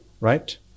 right